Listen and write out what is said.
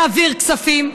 להעביר כספים,